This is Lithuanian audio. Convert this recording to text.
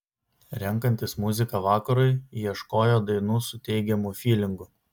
renkantis muziką vakarui ieškojo dainų su teigiamu fylingu